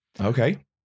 Okay